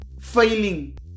failing